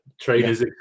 Trainers